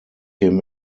him